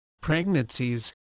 pregnancies